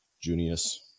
Junius